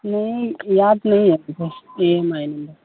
नहीं याद नहीं है ई एम आई नम्बर